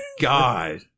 God